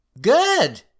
Good